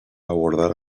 abordar